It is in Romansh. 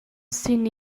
sin